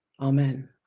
Amen